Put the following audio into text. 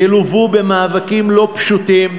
ילוו במאבקים לא פשוטים,